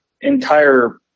entire